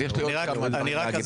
יש לי עוד כמה דברים להגיד.